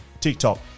tiktok